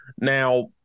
Now